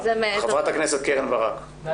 חברת הכנסת קרן ברק, בבקשה.